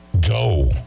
Go